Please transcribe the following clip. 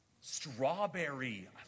Strawberry